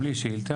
גם לי יש שאילתה.